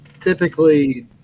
typically